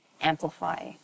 amplify